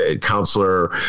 counselor